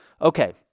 Okay